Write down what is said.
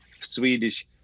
Swedish